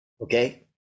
Okay